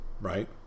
right